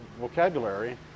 vocabulary